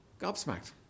gobsmacked